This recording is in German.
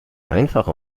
einfache